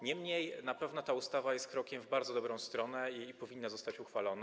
Niemniej na pewno ta ustawa jest krokiem w bardzo dobrą stronę i powinna zostać uchwalona.